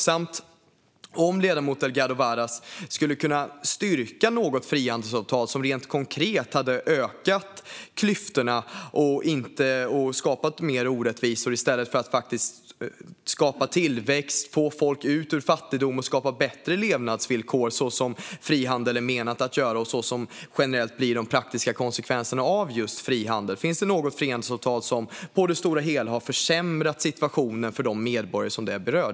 Skulle ledamoten Delgado Varas kunna styrka att det finns något frihandelsavtal som rent konkret har ökat klyftorna och skapat mer orättvisor i stället för att skapa tillväxt, få folk ur fattigdom och skapa bättre levnadsvillkor, så som frihandel är menad att göra och så som generellt är de praktiska konsekvenserna av just frihandel? Finns det något frihandelsavtal som på det stora hela har försämrat situationen för de medborgare som berörs?